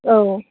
औ